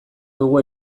dugu